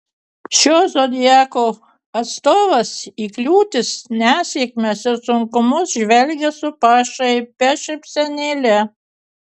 šio zodiako atstovas į kliūtis nesėkmes ir sunkumus žvelgia su pašaipia šypsenėle